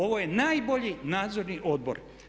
Ovo je najbolji Nadzorni odbor.